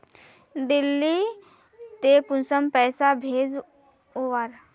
दिल्ली त कुंसम पैसा भेज ओवर?